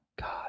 God